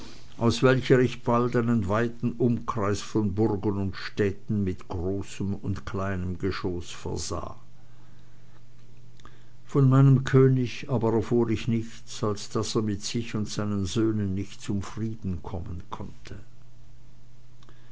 aus welcher ich bald einen weiten umkreis von burgen und städten mit großem und kleinem geschoß versah von meinem könig aber erfuhr ich nichts als daß er mit sich und seinen söhnen nicht zum frieden kommen konnte